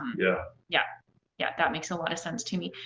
yeah yeah. yeah, that makes a lot of sense to me.